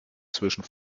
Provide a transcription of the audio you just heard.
zwischen